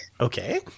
okay